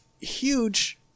huge